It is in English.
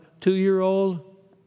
two-year-old